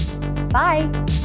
Bye